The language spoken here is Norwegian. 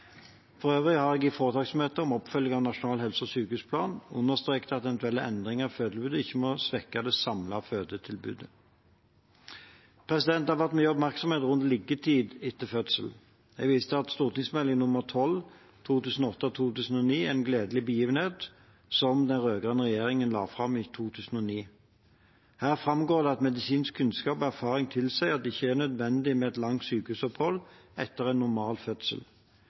For øvrig har jeg i foretaksmøte om oppfølging av Nasjonal helse- og sykehusplan understreket at eventuelle endringer av fødetilbudet ikke må svekke det samlede fødetilbudet. Det har vært mye oppmerksomhet rundt liggetid etter fødsel. Jeg viser til St.meld. nr. 12 for 2008–2009, En gledelig begivenhet, som den rød-grønne regjeringen la fram i 2009. Her framgår det at medisinsk kunnskap og erfaring tilsier at det ikke er nødvendig med et langt sykehusopphold etter en normal fødsel.